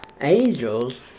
angels